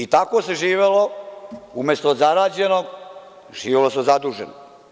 Tako se živelo, umesto od zarađenog, živelo se od zaduženog.